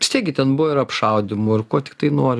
vis tiek gi ten buvo ir apšaudymų ir ko tiktai nori